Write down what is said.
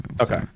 Okay